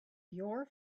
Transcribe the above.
your